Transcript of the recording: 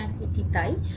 সুতরাং এটি তাই